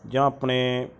ਜਾਂ ਆਪਣੇ